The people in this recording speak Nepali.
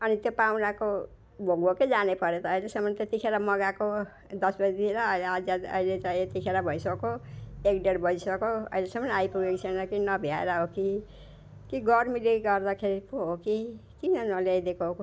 अनि त्यो पाहुनाको भोकभोकै जाने परे त अहिलेसम्म त्यतिखेर मगाएको दस बजी र अहि अहिले अहिले चाहिँ यतिखेर भइसक्यो एक डेढ बजिसक्यो अहिलेसम्म आइपुगेको छैन कि नभ्याएर होकि कि गर्मीले गर्दाखेरि पो हो कि किन नल्याइदिएको